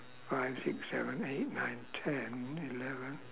five six seven eight nine ten eleven